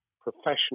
professional